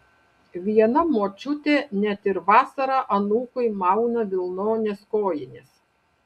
viena močiutė net ir vasarą anūkui mauna vilnones kojines